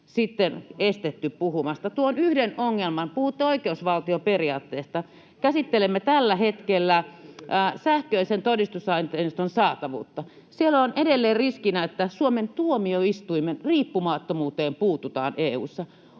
sitten estetty puhumasta. Tuon yhden ongelman: Puhutte oikeusvaltioperiaatteesta. Käsittelemme tällä hetkellä sähköisen todistusaineiston saatavuutta. Siellä on edelleen riskinä, että Suomen tuomioistuimen riippumattomuuteen puututaan EU:ssa.